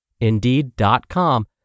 Indeed.com